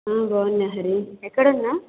బాగున్నా హరి ఎక్కడున్నావు